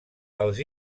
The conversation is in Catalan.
els